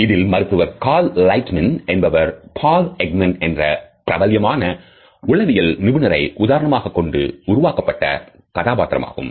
இதில் மருத்துவர் Cal Lightman என்பவர் Paul Ekman என்ற பிரபல்யமான உளவியல் நிபுணரை உதாரணமாக கொண்டு உருவாக்கப்பட்ட கதாபாத்திரம் ஆகும்